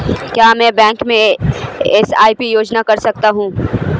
क्या मैं बैंक में एस.आई.पी योजना कर सकता हूँ?